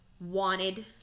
wanted